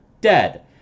dead